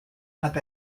hat